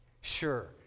Sure